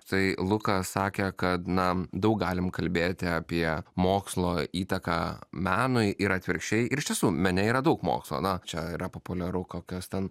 tai lukas sakė kad na daug galim kalbėti apie mokslo įtaką menui ir atvirkščiai ir iš tiesų mene yra daug mokslo na čia yra populiaru kokias ten